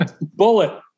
Bullet